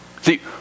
See